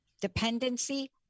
dependency